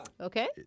Okay